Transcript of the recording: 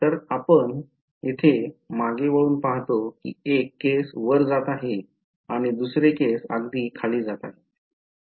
तर आपण येथे मागे वळून पाहतो की एक केस वर जात आहे आणि दुसरे केस अगदी खाली जात आहे